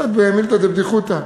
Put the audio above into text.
קצת במילתא דבדיחותא: